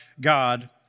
God